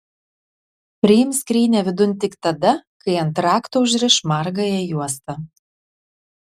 priims skrynią vidun tik tada kai ant rakto užriš margąją juostą